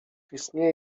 istnieje